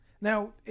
Now